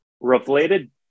related